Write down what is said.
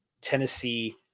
Tennessee